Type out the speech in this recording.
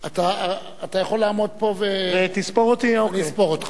אתה יכול לעמוד פה ואני אספור אותך.